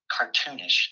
cartoonish